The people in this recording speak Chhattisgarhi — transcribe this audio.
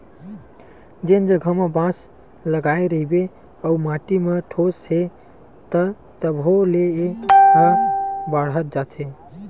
जेन जघा म बांस लगाए रहिबे अउ माटी म ठोस हे त तभो ले ए ह बाड़हत जाथे